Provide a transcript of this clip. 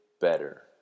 better